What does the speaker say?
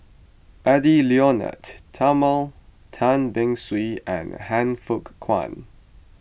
Edwy Lyonet Talma Tan Beng Swee and Han Fook Kwang